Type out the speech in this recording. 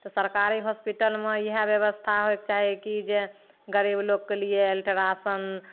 तऽ सरकारी हॉस्पिटलमे इएह बेबस्था होइके चाही कि जे गरीब लोकके लिए अल्ट्रासाउण्ड